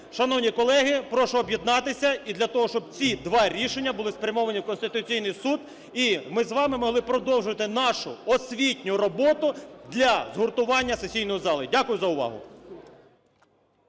Шановні колеги, прошу об'єднатися і для того, щоб ці два рішення були спрямовані в Конституційний Суд, і ми з вами могли продовжувати нашу освітню роботу для згуртування сесійної зали. Дякую за увагу.